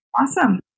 Awesome